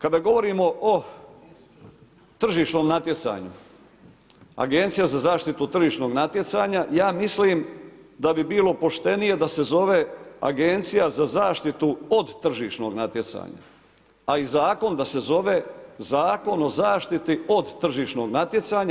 Kada govorimo o tržišnom natjecanju Agencija za zaštitu tržišnog natjecanja ja mislim da bi bilo poštenije da se zove agencija za zaštitu od tržišnog natjecanja, a i zakon da se zove zakon o zaštiti od tržišnog natjecanja.